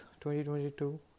2022